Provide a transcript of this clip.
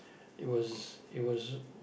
it was it was